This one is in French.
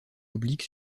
oblique